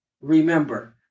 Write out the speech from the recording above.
Remember